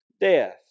death